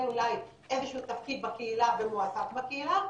אולי איזה שהוא תפקיד בקהילה ומועסק בקהילה,